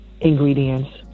ingredients